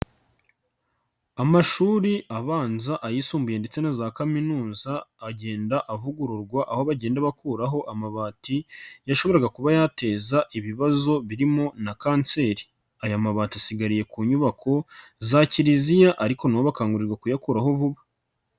Amashuri abanza, ayisumbuye ndetse na za kaminuza agenda avugururwa aho bagenda bakuraho amabati yashoboraga kuba yateza ibibazo birimo na kanseri, aya mabati asigariye ku nyubako za Kiliziya ariko na bo bakangurirwe kuyakuraho vuba.